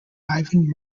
ivan